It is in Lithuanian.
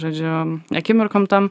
žodžiu akimirkom tom